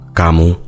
kamu